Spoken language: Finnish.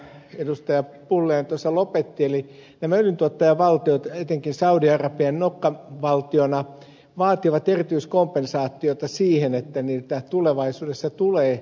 pulliainen tuossa lopetti eli nämä öljyntuottajavaltiot etenkin saudi arabia nokkavaltiona vaativat erityiskompensaatiota siihen että niiltä tulevaisuudessa tulevat loppumaan markkinat